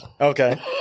Okay